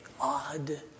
odd